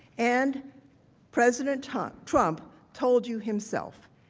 and president trump trump told you himself,